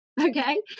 okay